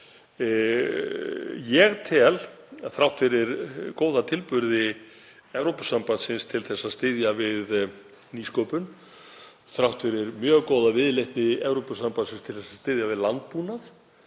flesta. En þrátt fyrir góða tilburði Evrópusambandsins til að styðja við nýsköpun, þrátt fyrir mjög góða viðleitni Evrópusambandsins til að styðja við landbúnað,